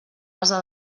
base